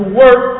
work